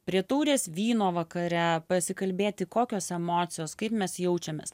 prie taurės vyno vakare pasikalbėti kokios emocijos kaip mes jaučiamės